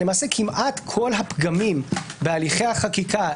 למעשה כמעט כל הפגמים בהליכי החקיקה,